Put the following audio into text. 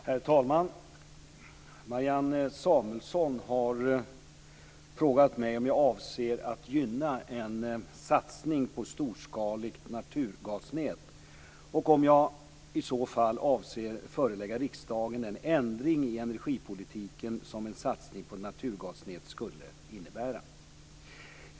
Herr talman! Marianne Samuelsson har frågat mig om jag avser att gynna en satsning på storskaligt naturgasnät och om jag i så fall avser förelägga riksdagen den ändring i energipolitiken som en satsning på naturgasnät skulle innebära.